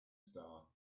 star